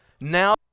Now